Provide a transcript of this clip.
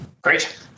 Great